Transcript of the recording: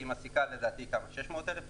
לדעתי, היא מעסיקה כ-600,00 עובדים,